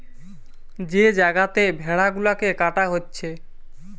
যে জাগাতে ভেড়া গুলাকে কাটা হচ্ছে